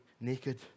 naked